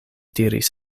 diris